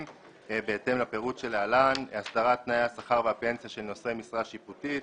בהתאם לפירוט שלהלן: הסדרת תנאי השכר והפנסיה של נושאי משרה שיפוטית,